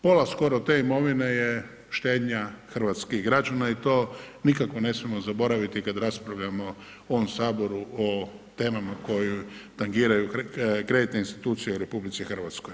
Pola skoro te imovine je štednja hrvatskih građana i to nikako ne smijemo zaboraviti kad raspravljamo u ovom Saboru o temama koje tangiraju kreditne institucije u RH.